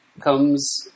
comes